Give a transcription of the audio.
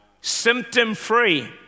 symptom-free